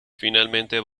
finalmente